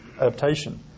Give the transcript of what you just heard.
adaptation